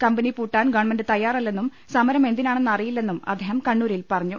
company പൂട്ടാൻ government തയ്യാറല്ലെന്നും സമരം എന്തിനാണെന്ന് അറിയില്ലെന്നും അദ്ദേഹം കണ്ണൂരിൽ പറഞ്ഞു